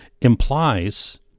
implies